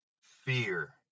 fear